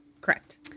Correct